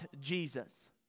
Jesus